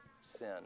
sin